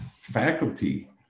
faculty